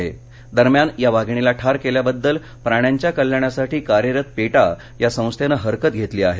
PETA दरम्यान या वाघिणीला ठार केल्याबद्दल प्राण्यांच्या कल्याणासाठी कार्यरत पेटा या संस्थेनं हरकत घेतली आहे